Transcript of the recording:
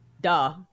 Duh